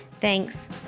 Thanks